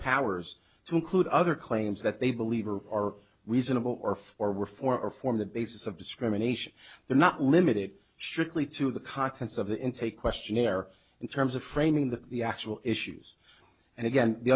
powers to include other claims that they believe or are we cynical or for reform or form the basis of discrimination they're not limited surely to the caucus of the intake questionnaire in terms of framing the the actual issues and again the